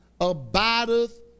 abideth